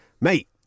Mate